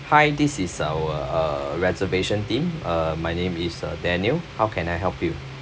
hi this is our uh reservation team uh my name is uh daniel how can I help you